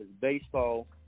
baseball